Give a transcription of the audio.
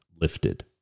lifted